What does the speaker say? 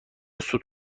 سوت